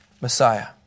Messiah